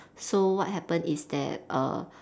so what happen is that err